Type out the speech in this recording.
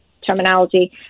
terminology